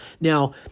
Now